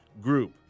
group